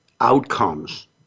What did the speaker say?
outcomes